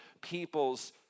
people's